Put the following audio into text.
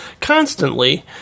constantly